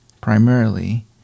primarily